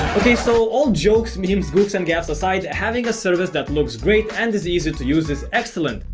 okay so, all jokes, memes, goofs and gaffs aside having a service that looks great and is easy to use is excellent.